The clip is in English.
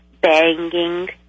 banging